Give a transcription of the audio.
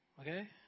Okay